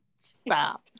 Stop